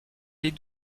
des